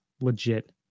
legit